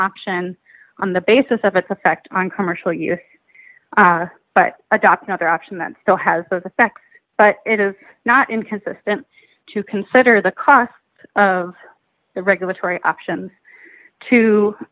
option on the basis of its effect on commercial use but adopt another option that still has the effect but it is not inconsistent to consider the cost of the regulatory options to